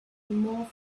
more